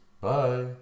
Bye